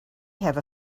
have